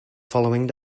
following